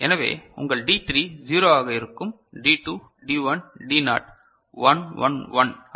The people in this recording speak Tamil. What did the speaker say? எனவே உங்கள் D3 0 ஆக இருக்கும் டி 2 டி 1 டி நாட் 1 1 1 ஆக இருக்கும்